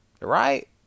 Right